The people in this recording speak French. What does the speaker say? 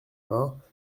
vingts